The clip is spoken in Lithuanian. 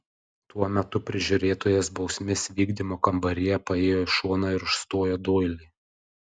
tuo metu prižiūrėtojas bausmės vykdymo kambaryje paėjo į šoną ir užstojo doilį